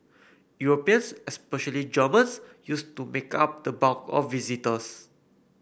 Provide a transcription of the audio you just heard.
Europeans especially Germans used to make up the bulk of visitors